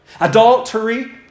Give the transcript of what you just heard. Adultery